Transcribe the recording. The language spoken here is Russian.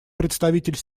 представитель